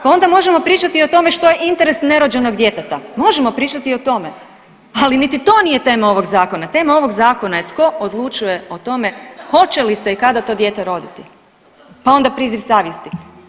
Pa onda možemo pričati i o tome što je interes nerođenog djeteta, možemo pričati i o tome, ali niti to nije tema ovog zakona, tema ovog zakona je tko odlučuje o tome hoće li se i kada to dijete roditi, pa onda priziv savjesti.